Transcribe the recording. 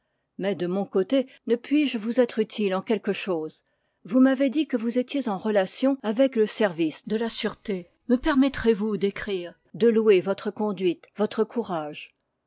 mais de mon côté ne puis-je vous être utile en quelque chose vous m'avez dit que vous étiez en relations avec le service de la sûreté me permettrez-vous d'écrire de louer votre conduite votre courage